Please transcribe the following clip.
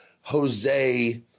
Jose